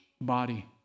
body